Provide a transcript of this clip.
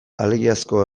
alegiazko